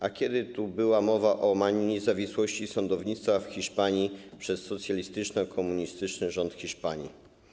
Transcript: A kiedy tu była mowa o łamaniu niezawisłości sądownictwa w Hiszpanii przez socjalistyczno-komunistyczny rząd Hiszpanii?